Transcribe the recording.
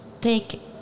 take